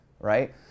Right